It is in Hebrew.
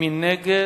מי נגד?